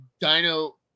Dino